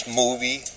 movie